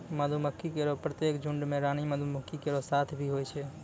मधुमक्खी केरो प्रत्येक झुंड में रानी मक्खी केरो साथ भी होय छै